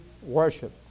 worship